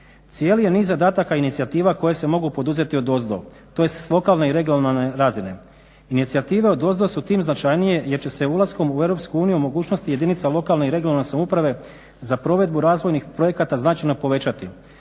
Cijeli je niz zadataka inicijativa koja se mogu poduzeti odozdo, tj. s lokalne i regionalne razine. Inicijative odozdo su tim značajnije jer će se ulaskom u EU mogućnosti jedinica lokalne i regionalne samouprave za provedbu razvojnih projekata značajno povećati.